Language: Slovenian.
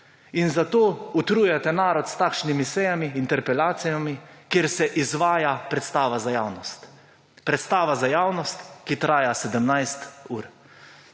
In zato utrujate narod s takšnimi sejami, interpelacijami, kjer se izvaja predstava za javnost. Predstava za javnost, ki traja 17 ur.